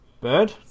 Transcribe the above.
bird